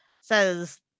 says